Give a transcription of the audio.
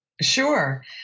Sure